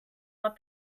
but